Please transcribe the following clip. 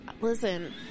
listen